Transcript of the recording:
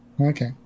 Okay